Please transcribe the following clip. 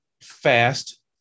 fast